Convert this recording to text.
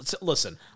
Listen